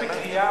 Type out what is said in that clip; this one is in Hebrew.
פשוטה.